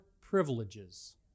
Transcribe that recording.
Privileges